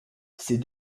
ces